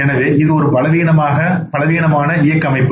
எனவே இது ஒரு பலவீனமான இயக்க அமைப்பு